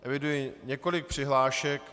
Eviduji několik přihlášek.